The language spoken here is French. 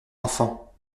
enfants